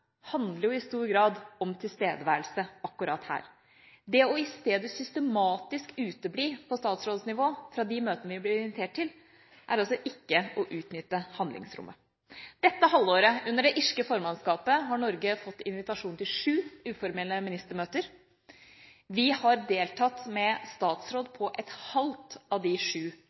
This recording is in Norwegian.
handler i stor grad om tilstedeværelse akkurat her. Det i stedet systematisk å utebli på statsrådsnivå fra de møtene vi blir invitert til, er altså ikke å utnytte handlingsrommet. Dette halvåret, under det irske formannskapet, har Norge fått invitasjon til sju uformelle ministermøter. Vi har deltatt med statsråd på et halvt av de sju